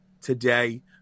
today